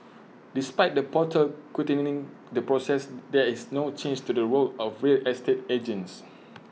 despite the portal quickening the process there is no change to the role of real estate agents